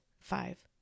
five